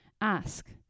ask